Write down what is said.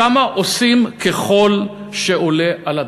שמה עושים ככל שעולה על הדעת.